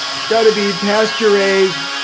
it's got to be pasteurized,